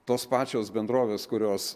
tos pačios bendrovės kurios